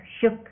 shook